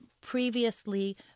previously